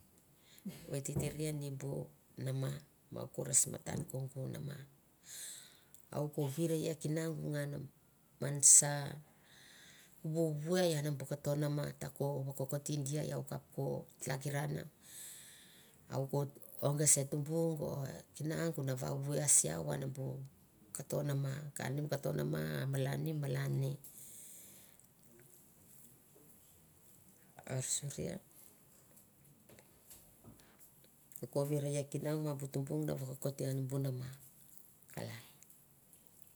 Ve ta derie ni bu nama bu mama, mou ko resmatan kongu nama. A u ko verie e kinagu ngana man sa wewe inabu poko nama e ie ta ko vakokokotie de a iau kap ko talakinan a u ko onge se tubung o e kinagu na wanwe si iau a malani malani an surie u ko virie e kinagu ma bu tubung na vakokotie ian bu mama.